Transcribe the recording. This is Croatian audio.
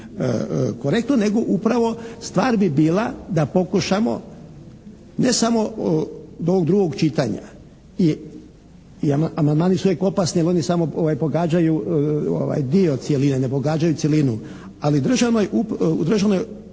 korektno nego upravo stvar bi bila da pokušamo ne samo do ovog drugog čitanja i amandmani su uvijek opasni jer oni samo pogađaju dio cjeline, ne pogađaju cjelinu. Ali u Državnoj